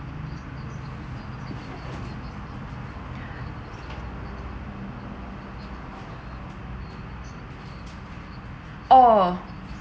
oh